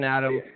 Adam